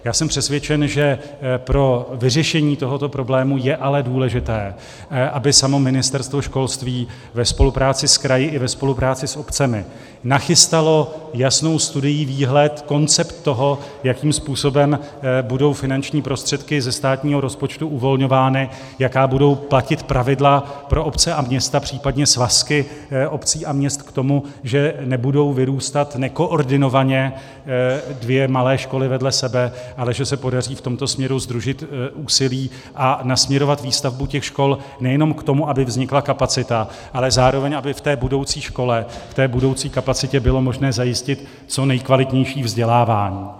Já jsem přesvědčen, že pro vyřešení tohoto problému je ale důležité, aby samo Ministerstvo školství ve spolupráci s kraji i ve spolupráci s obcemi nachystalo jasnou studii, výhled, koncept toho, jakým způsobem budou finanční prostředky ze státního rozpočtu uvolňovány, jaká budou platit pravidla pro obce a města, případně svazky obcí a měst k tomu, že nebudou vyrůstat nekoordinovaně dvě malé školy vedle sebe, ale že se podaří v tomto směru sdružit úsilí a nasměrovat výstavbu těch škol nejenom k tomu, aby vznikla kapacita, ale zároveň aby v té budoucí škole, v té budoucí kapacitě bylo možné zajistit co nejkvalitnější vzdělávání.